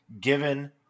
given